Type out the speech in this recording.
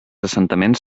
assentaments